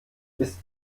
ist